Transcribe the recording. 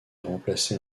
remplaçait